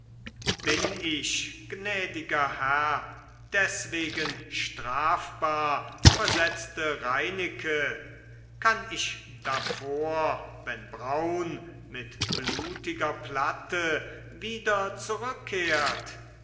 bin ich gnädiger herr deswegen strafbar versetzte reineke kann ich davor wenn braun mit blutiger platte wieder zurückkehrt